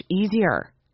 easier